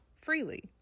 freely